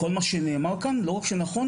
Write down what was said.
כל מה שנאמר כאן לא רק שהוא נכון,